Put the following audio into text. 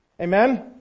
Amen